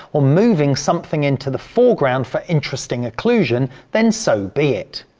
or moving something into the foreground for interesting occlusion, then so be it.